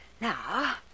Now